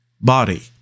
body